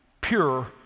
pure